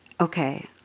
okay